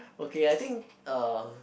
okay I think uh